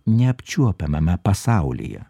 neapčiuopiamame pasaulyje